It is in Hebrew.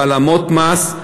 בהעלמות מס,